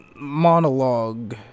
monologue